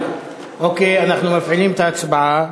אוקיי, אנחנו מפעילים את ההצבעה.